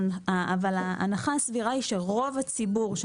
אבל ההנחה הסבירה היא שרוב הציבור של